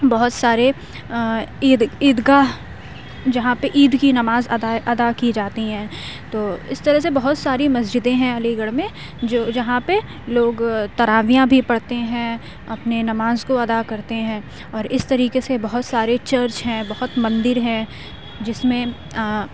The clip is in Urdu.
بہت سارے عید عید گاہ جہاں پہ عید کی نماز ادا ادا کی جاتی ہے تو اس طرح سے بہت ساری مسجدیں ہیں علی گڑھ میں جو جہاں پہ لوگ تراویحیاں بھی پڑھتے ہیں اپنی نماز کو ادا کرتے ہیں اور اس طریقے سے بہت سارے چرچ ہیں بہت مندر ہیں جس میں